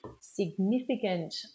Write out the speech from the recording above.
significant